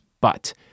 but-